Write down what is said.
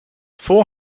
four